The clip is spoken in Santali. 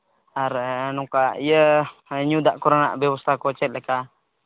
ᱟᱨ ᱱᱚᱝᱠᱟ ᱤᱭᱟᱹ ᱧᱩ ᱫᱟᱜ ᱠᱚᱨᱮᱱᱟᱜ ᱵᱮᱵᱚᱥᱛᱟ ᱠᱚ ᱪᱮᱫᱞᱮᱠᱟ